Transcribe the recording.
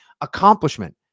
accomplishment